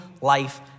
life